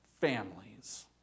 families